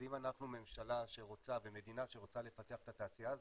אז אם אנחנו ממשלה ומדינה שרוצה לפתח את התעשייה הזו,